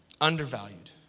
undervalued